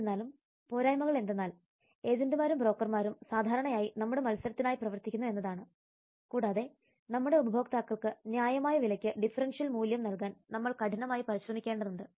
എന്നിരുന്നാലും പോരായ്മകൾ എന്തെന്നാൽ ഏജന്റുമാരും ബ്രോക്കർമാരും സാധാരണയായി നമ്മുടെ മത്സരത്തിനായി പ്രവർത്തിക്കുന്നു എന്നതാണ് കൂടാതെ നമ്മുടെ ഉപഭോക്താക്കൾക്ക് ന്യായമായ വിലയ്ക്ക് ഡിഫറൻഷ്യൽ മൂല്യം നൽകാൻ നമ്മൾ കഠിനമായി പരിശ്രമിക്കേണ്ടതുണ്ട്